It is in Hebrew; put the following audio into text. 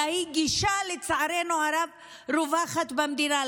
אלא זו גישה שלצערנו הרב רווחת במדינה.